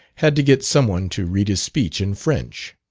had to get some one to read his speech in french.